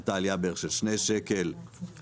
הייתה עלייה בערך של שני שקל מארבעה